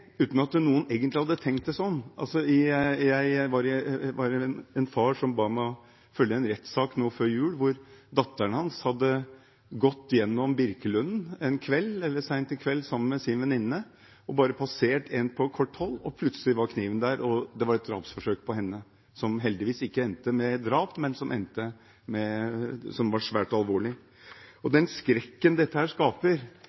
uten at noen egentlig hadde tenkt det sånn. Det var en far som ba meg om å følge en rettssak nå før jul. Datteren hans hadde gått gjennom Birkelunden sent en kveld sammen med sin venninne og bare passert en på kort hold – og plutselig var kniven der. Det var et drapsforsøk på henne, som heldigvis ikke endte med drap, men som var svært alvorlig. Den skrekken dette skaper – som kniven skaper – i nærmiljøene våre og